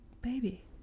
baby